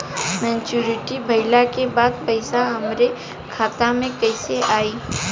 Maturity भईला के बाद पईसा हमरे खाता में कइसे आई?